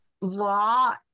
law